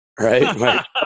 right